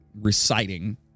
reciting